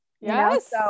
yes